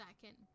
second